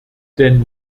denn